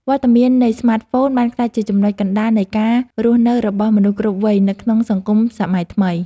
វត្តមាននៃស្មាតហ្វូនបានក្លាយជាចំណុចកណ្តាលនៃការរស់នៅរបស់មនុស្សគ្រប់វ័យនៅក្នុងសង្គមសម័យថ្មី។